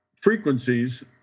frequencies